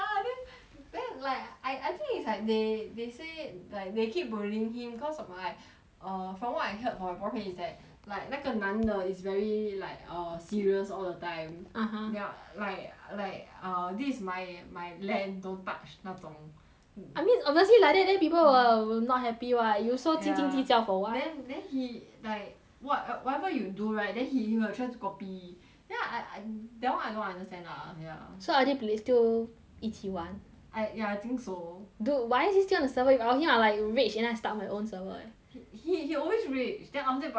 then like I I think it's like they they say like they keep bullying him cause of my err from what I heard from my boyfriend is that like 那个男的 is very like err serious all the time (uh huh) ya like like uh this is my my land don't touch 那种 I mean obviously like that then people will will not happy [what] ya you so 斤斤计较 for what ya then then he like wha~ whatever you do right then he will try to copy then I I that [one] I don't understand lah ya so are pla~ they still 一起玩 ya I think so dude why is he still on the server I only I will like rage and then I start my own server he he he always rage then after that but he still come back